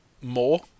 more